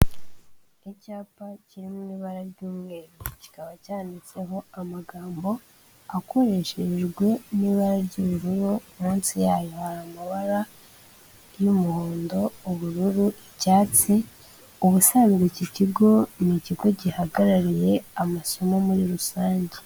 Icyapa kiri mu ibara ry'umweru kikaba cyanditseho amagambo akoreshejwe n'ibara ry'ubururu, munsi yayo hari amabara y'umuhondo, ubururu, icyatsi, ubusazwe iki kigo ni ikigo gihagarariye amasomo muri rusange.